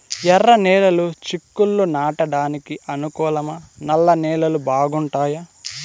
ఎర్రనేలలు చిక్కుళ్లు నాటడానికి అనుకూలమా నల్ల నేలలు బాగుంటాయా